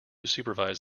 supervise